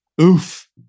Oof